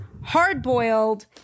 hard-boiled